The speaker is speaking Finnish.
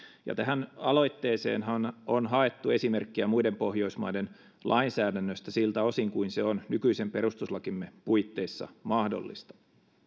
ja tähän aloitteeseenhan on haettu esimerkkiä muiden pohjoismaiden lainsäädännöstä siltä osin kuin se on nykyisen perustuslakimme puitteissa mahdollista